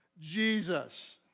Jesus